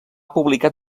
publicat